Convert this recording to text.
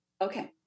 Okay